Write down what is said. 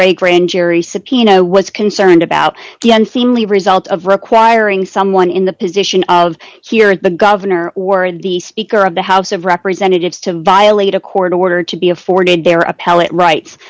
re grand jury subpoena was concerned about the end family result of requiring someone in the position of hear it the governor or the speaker of the house of representatives to violate a court order to be afforded their appellate rights